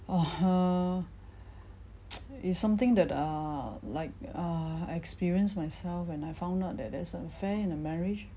err it's something that err like err I experience myself when I found out that there's an affair in a marriage